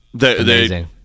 Amazing